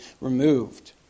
removed